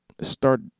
start